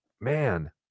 Man